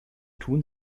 tun